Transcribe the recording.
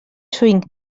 swing